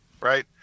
right